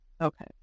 Okay